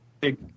big